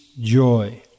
joy